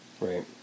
Right